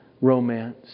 romance